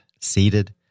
seated